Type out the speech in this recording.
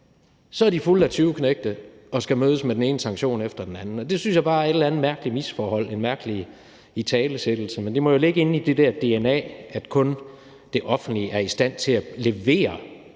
så er de fulde af tyveknægte og skal mødes med den ene sanktion efter den anden. Jeg synes bare, der er et misforhold, og at det er en mærkelig italesættelse, men det må ligge inde i deres dna, at kun det offentlige er i stand til at levere